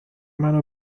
منو